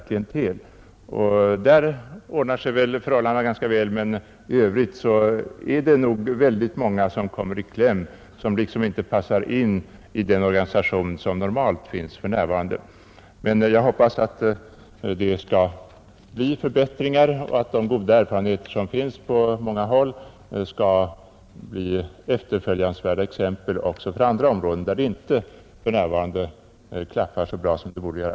På de orter där sådana avdelningar finns ordnar sig förhållandena säkerligen ganska väl, men i övrigt kommer väldigt många i kläm. De passar inte in i den normala organisation som vi har för närvarande. Jag hoppas emellertid att vi skall få en förbättring till stånd och att de goda erfarenheter man enligt statsrådet har på många håll skall bli efterföljansvärda exempel på orter där det inte för närvarande fungerar så bra som det borde göra.